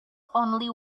only